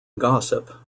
gossip